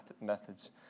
methods